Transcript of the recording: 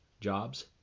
jobs